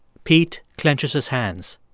pete clenches his hands.